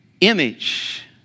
Image